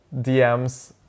DMS